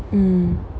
mmhmm